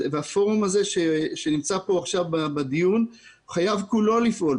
הפורום שנמצא כאן עכשיו בדיון חייב כולו לפעול.